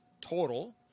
total